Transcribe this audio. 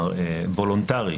וולונטרי.